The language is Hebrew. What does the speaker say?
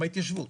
גם בהתיישבות.